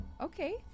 Okay